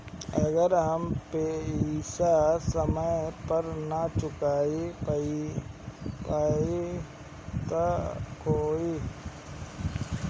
अगर हम पेईसा समय पर ना चुका पाईब त का होई?